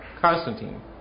Constantine